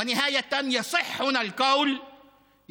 ונעקוב יחד איתכם.